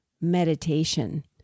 meditation